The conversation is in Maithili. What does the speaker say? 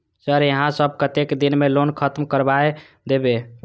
सर यहाँ सब कतेक दिन में लोन खत्म करबाए देबे?